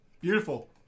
Beautiful